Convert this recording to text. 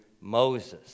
Moses